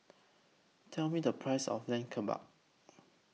Tell Me The Price of Lamb Kebabs